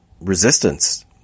resistance